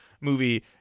movie